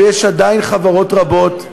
ועדיין יש חברות רבות,